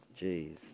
jeez